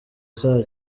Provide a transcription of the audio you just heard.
saa